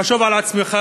חשוב על עצמך,